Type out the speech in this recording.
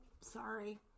sorry